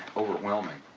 overwhelming.